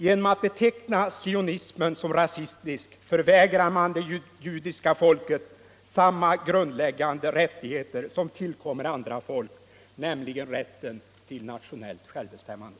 Genom att beteckna sionismen som rasistisk förvägrar man det judiska folket samma grundläggande rättighet som tillkommer andra folk — nämligen rätten till nationellt självbestämmande.